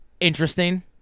interesting